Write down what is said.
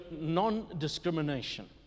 non-discrimination